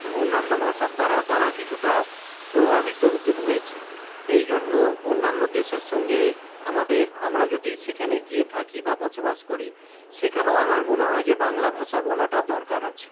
অন্যান্য ভাষার দ্বারাও তারা কিছুটা প্রভাবিত হতে হয়েছে এইজন্য অন্যান্য দেশের সঙ্গে আমাদের আমরা যদি সেখানে গিয়ে থাকি বা বসবাস করি সেখানেও আমার মনে হয় যে বাংলা ভাষা বলাটা দরকার আছে